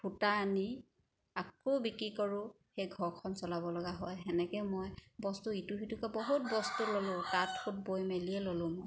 সূতা আনি আকৌ বিক্ৰী কৰোঁ সেই ঘৰখন চলাব লগা হয় সেনেকৈ মই বস্তু ইটো সিটোকৈ বহুত বস্তু ল'লোঁ তাঁত সুত বৈ মেলিয়ে ল'লোঁ মই